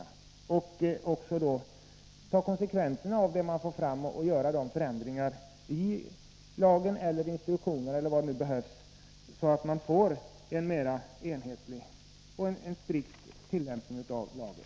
Är justitieministern beredd att ta konsekvenserna av det som man då får fram och vidta de förändringar i lagen eller i vederbörande instruktioner, eller vad som kan behöva göras, så att man får en mer enhetlig och strikt tillämpning av lagen?